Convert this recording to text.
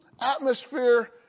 atmosphere